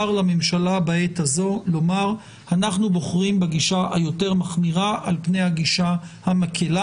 לממשלה בעת הזו לומר שהיא בוחרת בגישה היותר מחמירה על פני הגישה המקלה.